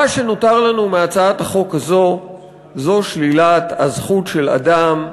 מה שנותר לנו מהצעת החוק הזאת זה שלילת הזכות של אדם,